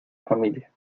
familia